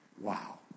wow